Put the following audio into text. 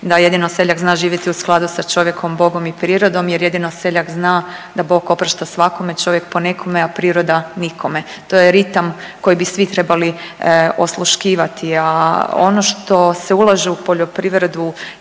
da jedino seljak zna živjeti u skladu sa čovjek, Bogom i prirodom jer jedino seljak zna da Bog oprašta svakome, čovjek ponekome, a priroda nikome. To je ritam koji bi svi trebali osluškivati, a ono što se ulaže u poljoprivredu